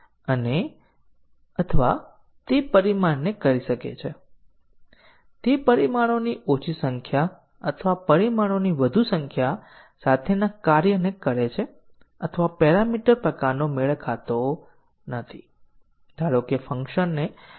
તેનો અર્થ એ છે કે જ્યાં પણ વેરિયેબલની વ્યાખ્યા છે તે વેરિયેબલનો ઉપયોગ એક ટેસ્ટ કેસ હોવો જોઈએ તે બે સ્ટેટમેન્ટો આવરી લેવા જોઈએ